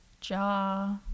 jaw